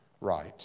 right